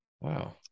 Wow